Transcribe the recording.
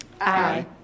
Aye